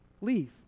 leave